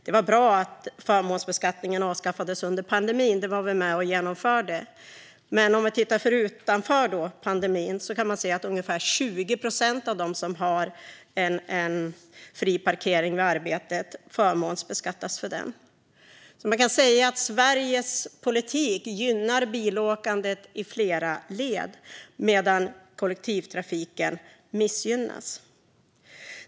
Det var bra att förmånsbeskattningen avskaffades under pandemin - det var vi med och genomförde - men om vi tittar på detta utanför pandemin kan vi se att ungefär 20 procent av dem som har fri parkering vid arbetet förmånsbeskattas för den. Man kan alltså säga att Sveriges politik gynnar bilåkandet i flera led medan kollektivtrafiken missgynnas.